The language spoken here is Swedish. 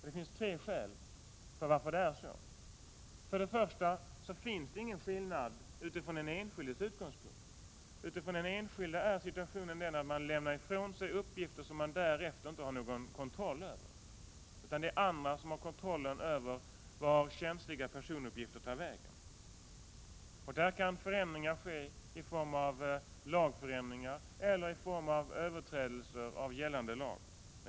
Det finns tre skäl för att det är så. För det första finns det ingen skillnad utifrån den enskildes utgångspunkt. För den enskilde är situationen den att man lämnar ifrån sig uppgifter som man därefter inte har någon kontroll över. Andra har kontrollen över vart känsliga personuppgifter tar vägen. Förändringar kan ske i form av lagändringar eller genom överträdelser av gällande lag.